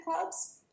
clubs